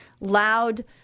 loud